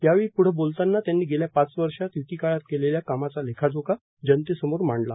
यावेळी पुढे बोलतांना त्यांनी गेल्या पाच वर्षात युती काळात केलेल्या कामाचा लेखाजोखा जनतेसमोर मांडला